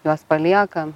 jos palieka